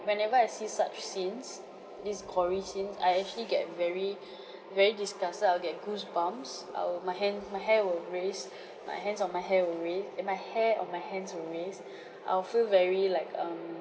whenever I see such scenes these gory scenes I actually get very very disgusted I'll get goosebumps I'll my hand my hair will raise my hands on my hair will raise eh my hair on my hands will raise I'll feel very like um